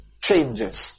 changes